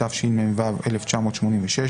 התשמ"ו 1986,